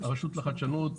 הרשות לחדשנות,